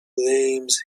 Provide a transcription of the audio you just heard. blames